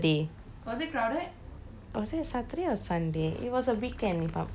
was it saturday or sunday it was a weekend if I'm okay I think it was funded sunday